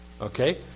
Okay